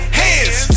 hands